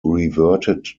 reverted